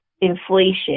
inflation